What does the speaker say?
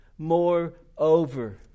Moreover